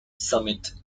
summit